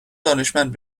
دانشمند